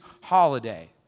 holiday